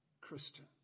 Christian